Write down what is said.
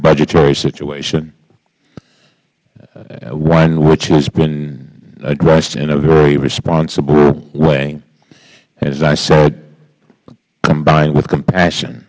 budgetary situation one which has been addressed in a very responsible way as i said combined with compassion